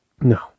No